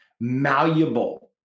malleable